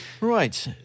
Right